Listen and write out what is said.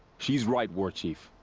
she's right, warchief.